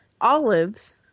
olives